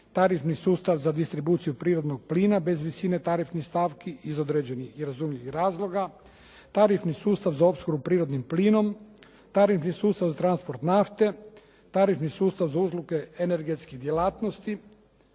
tarifni sustav za distribuciju prirodnog plina bez visine tarifnih stavki iz određenih i razumljivih razloga, tarifni sustav za opskrbu prirodnim plinom, tarifni sustav za transport nafte, tarifni sustav za usluge energetskih djelatnosti,